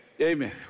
amen